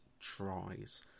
tries